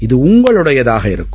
இது உங்களுடையதாக இருக்கும்